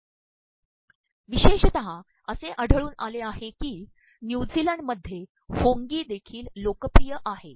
प्रवशेषतः असे आढळून आले आहे की न्यूझीलंडमध्ये होंगी देखील लोकप्रिय आहे